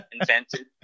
invented